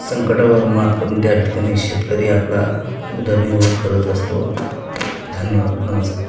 संकटावर मात करून त्या ठिकाणी शेतकरी आपला उदरनिर्वाह करत असतो धन्यवाद नमस्कार